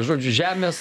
žodžiu žemės